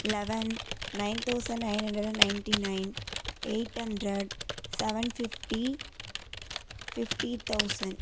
eleven nine thousand nine hundred and ninety nine eight hundred seven fifty fifty thousand